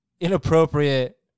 inappropriate